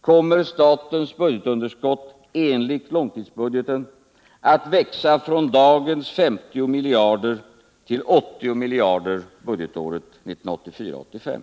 kommer statens budgetunderskott, enligt långtidsbudgeten, att växa från dagens 50 miljarder till 80 miljarder budgetåret 1984/85.